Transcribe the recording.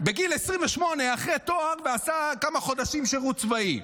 בגיל 28, אחרי תואר, ועשה כמה חודשים שירות צבאי.